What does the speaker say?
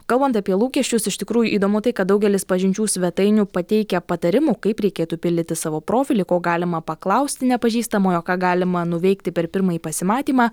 kalbant apie lūkesčius iš tikrųjų įdomu tai kad daugelis pažinčių svetainių pateikia patarimų kaip reikėtų pildyti savo profilį ko galima paklausti nepažįstamojo ką galima nuveikti per pirmąjį pasimatymą